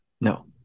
No